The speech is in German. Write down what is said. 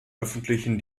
öffentlichen